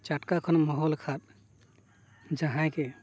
ᱪᱷᱟᱴᱠᱟ ᱠᱷᱚᱱᱮᱢ ᱦᱚᱦᱚ ᱞᱮᱠᱷᱟᱱ ᱡᱟᱦᱟᱸᱭ ᱜᱮ